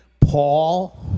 Paul